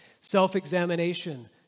self-examination